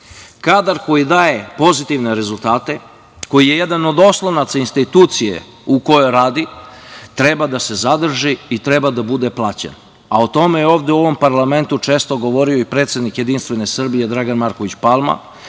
koji daje pozitivne rezultate, koji je jedan od oslonaca institucije u kojoj radi, treba da se zadrži i treba da bude plaćen, a o tome je ovde u ovom parlamentu često govorio i predsednik JS Dragan Marković Palma,